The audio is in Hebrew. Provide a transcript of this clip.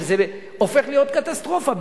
וזה הופך להיות קטסטרופה,